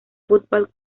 football